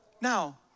now